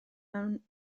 mewn